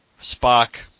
Spock